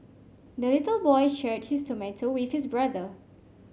the little boy shared his tomato with his brother